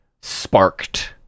sparked